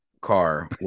car